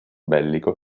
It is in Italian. bellico